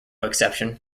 exception